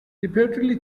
reportedly